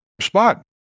spot